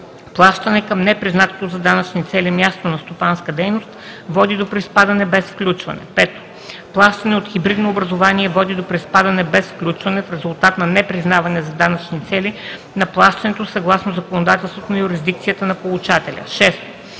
плащане към непризнато за данъчни цели място на стопанска дейност води до приспадане без включване; 5. плащане от хибридно образувание води до приспадане без включване в резултат на непризнаване за данъчни цели на плащането съгласно законодателството на юрисдикцията на получателя;